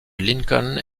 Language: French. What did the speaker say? lincoln